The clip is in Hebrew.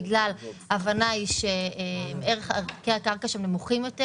בגלל שההבנה היא שערכי הקרקע שנמוכים יותר,